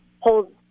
hold